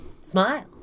smile